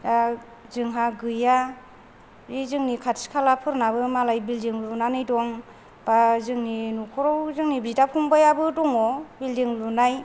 जोंहा गैयै बे जोंनि बे खाथि खालाफोरनाबो मालाय बिल्डिं लुनानै दं एबा जोंनि न'खराव जोंनि बिदा फंबायाबो दङ बिल्डिं लुनाय